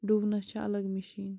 ڈُونَس چھِ الگ مِشیٖن